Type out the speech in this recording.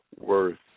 worth